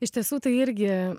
iš tiesų tai irgi